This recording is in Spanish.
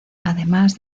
además